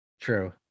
True